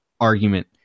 argument